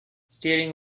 steering